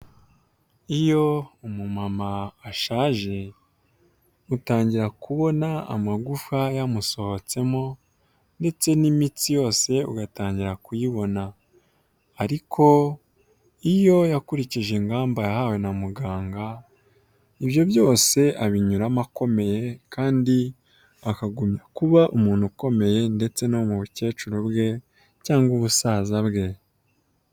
Iyo umumama ashaje utangira kubona amagufa yamusohotsemo ndetse n'imitsi yose ugatangira kuyibona, ariko iyo yakurikije ingamba yahawe na muganga, ibyo byose abinyuramo akomeye kandi akagumya kuba umuntu ukomeye ndetse no mu bukecuru bwe cyangwa ubusaza bwe.